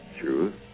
truth